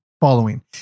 following